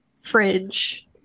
fridge